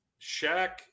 Shaq